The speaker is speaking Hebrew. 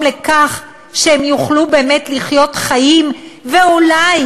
לכך שהם יוכלו באמת לחיות חיים ואולי